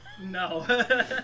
No